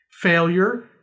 Failure